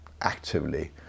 actively